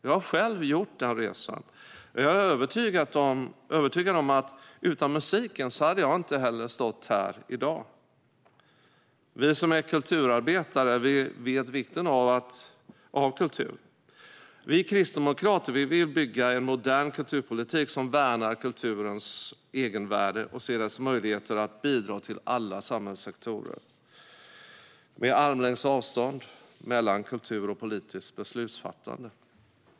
Jag har själv gjort den resan, och jag är övertygad om att utan musiken hade jag inte heller stått här i dag. Vi som är kulturarbetare vet vikten av kultur. Vi kristdemokrater vill bygga en modern kulturpolitik som värnar kulturens egenvärde och ser dess möjligheter att bidra till alla samhällssektorer, med armlängds avstånd mellan kultur och politiskt beslutsfattande.